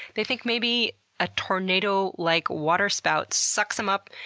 they think maybe a tornado-like like waterspouts sucks em up,